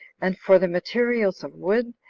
and for the materials of wood,